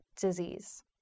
disease